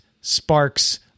sparks